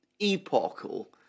epochal